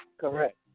Correct